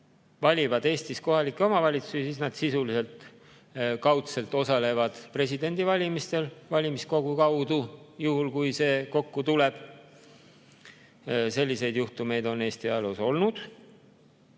valivad Eestis kohalikke omavalitsusi, siis nad kaudselt osalevad presidendivalimistel valimiskogu kaudu, juhul kui see kokku tuleb. Selliseid juhtumeid on Eesti ajaloos olnud.